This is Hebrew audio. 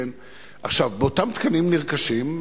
באותם תקנים נרכשים,